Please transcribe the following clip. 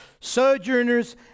sojourners